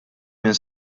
minn